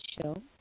show